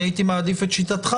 אני הייתי מעדיף את שיטתך,